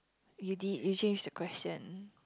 you did you change the question